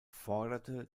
forderte